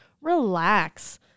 relax